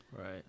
Right